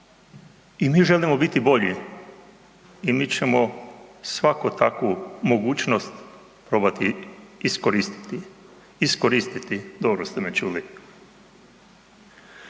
i mi želimo biti bolji i mi ćemo svaku takvu mogućnosti probati iskoristiti. Iskoristiti, dobro ste me čuli.